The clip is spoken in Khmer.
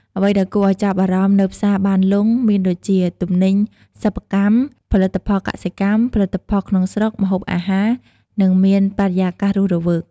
អ្វីដែលគួរឲ្យចាប់អារម្មណ៍នៅផ្សារបានលុងមានដូចជា ទំនិញសិប្បកម្ម ផលិតផលកសិកម្ម ផលិតផលក្នុងស្រុក ម្ហូបអាហារ និងមានបរិយាកាសរស់រវើក។